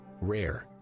rare